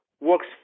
works